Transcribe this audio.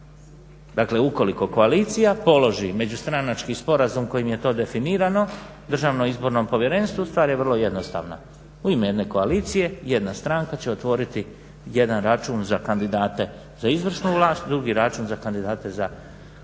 Dakle, ukoliko koalicija položi međustranački sporazum kojim je to definirano DIP-u stvar je vrlo jednostavna, u ime jedne koalicije jedna stranka će otvoriti jedan račun za kandidate za izvršnu vlast, drugi račun za kandidate za predstavničku